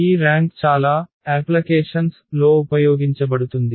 ఈ ర్యాంక్ చాలా అనువర్తనాల లో ఉపయోగించబడుతుంది